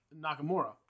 Nakamura